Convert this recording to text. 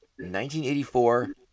1984